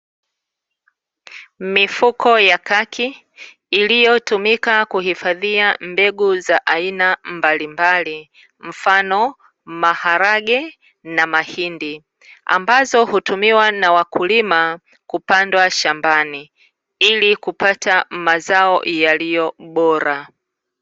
Mifuko ya kaki, iliyotumika kuhifadhia mbegu za aina mbalimbali, mfano maharage na mahindi, ambazo hutumiwa na wakulima kupandwa shambani, ili kupata mazao yaliyo bora.